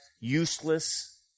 useless